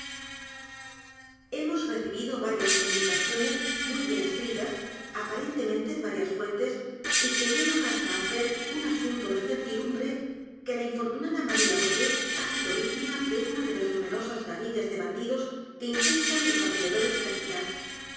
hemos recibido varias comunicaciones muy bien escritas aparentemente de varias fuentes yquellegan hasta hacer un asunto de certidumbre que la infortunada maria rogét ha sido víctima de una de las numerosas gavillas de bandidos que infestan los alrededores de la ciudad